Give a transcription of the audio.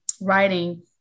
writing